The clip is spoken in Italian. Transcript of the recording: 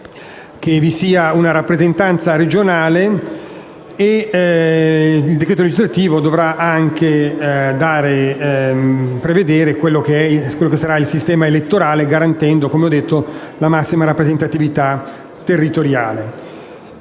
che vi sia una rappresentanza regionale. Il decreto legislativo dovrà anche prevedere il sistema elettorale, garantendo la massima rappresentatività territoriale.